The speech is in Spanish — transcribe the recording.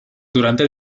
durante